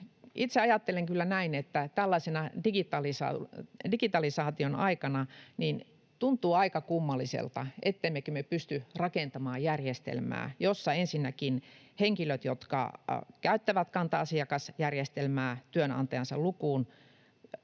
itse ajattelen kyllä näin, että tällaisena digitalisaation aikana tuntuu aika kummalliselta, ettemme pysty rakentamaan järjestelmää, jossa ensinnäkin henkilöt, jotka käyttävät kanta-asiakasjärjestelmää työnantajansa lukuun,